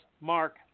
Mark